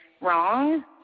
wrong